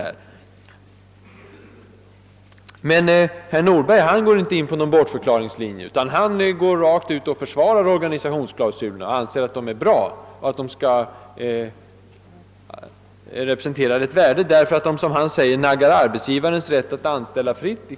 Herr Nordberg däremot, han går inte på bortförklaringslinjen. Nej, han försvarar organisationsklausulerna. Han anser dem vara bra, eftersom de — som han säger — naggar i kanten arbetsgivarens rätt att anställa fritt.